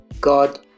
God